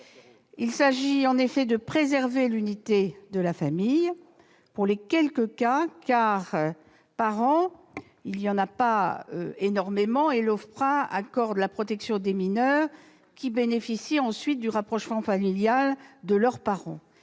Il s'agit en effet de préserver l'unité de la famille pour les quelques cas rencontrés chaque année- il n'y en a pas énormément -et l'OFPRA accorde la protection à des mineurs qui bénéficient ensuite du rapprochement familial de leurs parents.